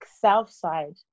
Southside